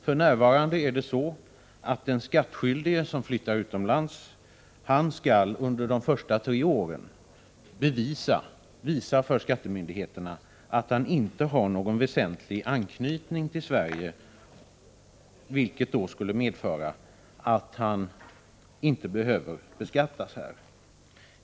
För närvarande måste den skattskyldige som flyttar utomlands under de första tre åren visa för skattemyndigheterna att han inte har någon väsentlig anknytning till Sverige och att han därför inte skall beskattas här.